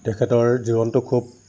তেখেতৰ জীৱনটো খুব